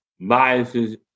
biases